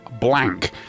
blank